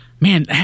Man